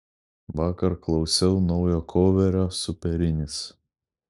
vakar klausiau naujo koverio superinis